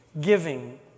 giving